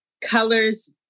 colors